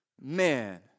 Man